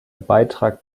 beitrag